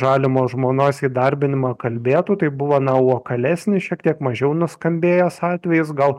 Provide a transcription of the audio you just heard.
žalimo žmonos įdarbinimą kalbėtų tai buvo na lokalesnis šiek tiek mažiau nuskambėjęs atvejis gal